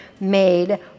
made